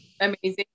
amazing